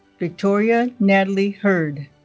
victoria natalie heard